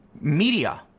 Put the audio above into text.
media